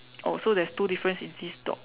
oh so there's two difference in this dog